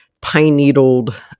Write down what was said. pine-needled